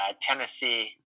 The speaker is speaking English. Tennessee